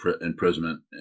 imprisonment